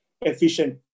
efficient